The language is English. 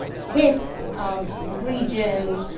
his region